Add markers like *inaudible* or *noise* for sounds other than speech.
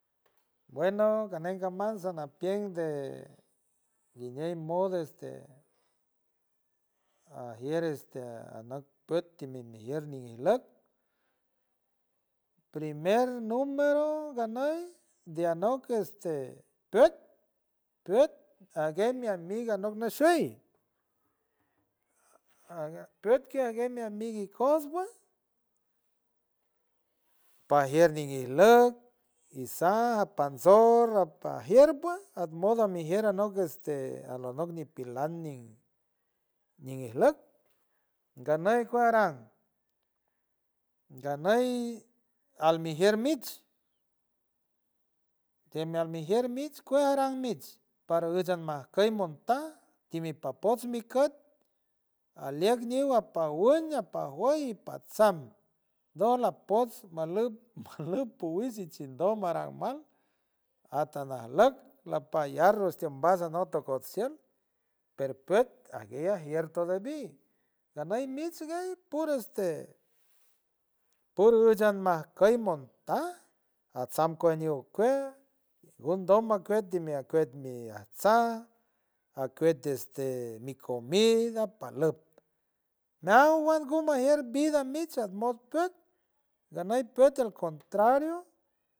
Bueno canen caman sanapien de guiñeñ mod este ajier este anok püt timimijier ñijlock primer numero ganey de anok este püt püt agey mi amiga anok nashuy, *hesitation* püt kej ajguey mi amiga ikojts pues, pajier ninguijlock isaj apatsor apaj jier pues at modo amijier anok este alanock ñipelan ñi ñiguijleck ganey cuaj aran ganey almijier mich team almijier mich kuej aran mich par uchaj majkey montaj timipapots mi küt alieck ñiw apak wueñ apak jueñ ipatsam doj lajpots majlup *laughs* majlup puwish ndo maran mal atanajlock lapallar ushtiembaj anok tocoshiuñ per püt ajier todavi ganey mich guey puro este pur ujch ajmaj key montar ajtsam kuej ñiw kuej ngundom akuet timi akuet mij ajtsaj akuet este mi comida palut meawan gumajier vida a mich at mod tut ganey püt tiel contrario.